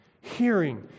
hearing